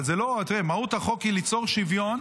אבל תראה, מהות החוק היא ליצור שוויון